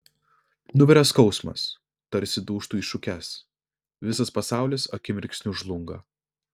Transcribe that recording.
nuveria skausmas tarsi dūžtu į šukes visas pasaulis akimirksniu žlunga